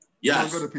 Yes